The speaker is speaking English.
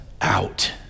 out